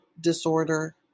disorder